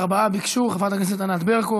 ארבעה ביקשו: חברי הכנסת ענת ברקו,